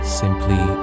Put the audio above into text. simply